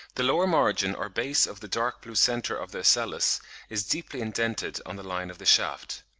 the lower margin or base of the dark-blue centre of the ocellus is deeply indented on the line of the shaft.